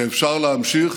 שאפשר להמשיך